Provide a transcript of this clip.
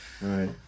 Right